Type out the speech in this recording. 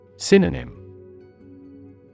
Synonym